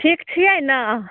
ठीक छियै ने